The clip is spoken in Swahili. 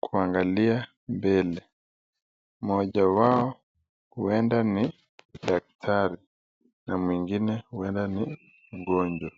kuangalia mbele. Mmoja wao huenda ni daktari na mwingine huenda ni mgonjwa.